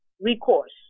recourse